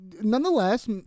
nonetheless